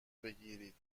بگیرید